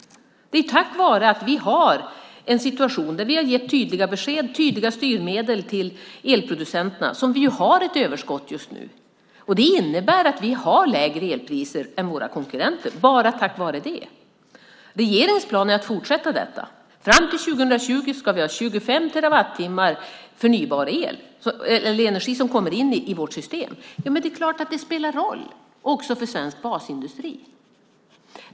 Det är tack vare att vi har gett tydliga besked och styrmedel till elproducenterna som vi har ett överskott just nu. Det innebär att vi har lägre elpriser än våra konkurrenter, bara tack vare det. Regeringens plan är att fortsätta detta. Fram till 2020 ska vi ha 25 terawattimmar förnybar energi som kommer in i vårt system. Det är klart att det spelar roll också för svensk basindustri.